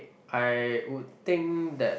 I would think that